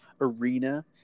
arena